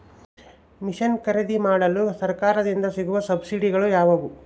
Mission ಖರೇದಿಮಾಡಲು ಸರಕಾರದಿಂದ ಸಿಗುವ ಸಬ್ಸಿಡಿಗಳು ಯಾವುವು?